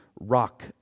Rock